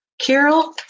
Carol